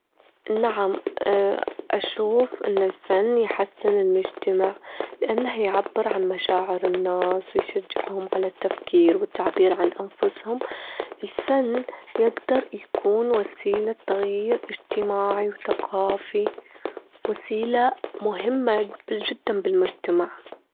نعم، أشوف أن الفن يُحسن المجتمع؛ لأنه يعبر عن مشاعر الناس، ويشجعهم على التفكير والتعبير عن أنفسهم، الفن يجدر يكون وسيلة تغيير اجتماعي وثقافي، وسيلة مهمة جداً بالمجتمع.